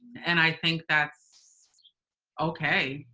and i think that's ok.